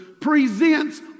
presents